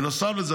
בנוסף לזה,